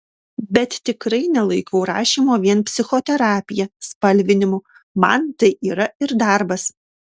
bet tikrai nelaikau rašymo vien psichoterapija spalvinimu man tai yra ir darbas